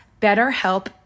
BetterHelp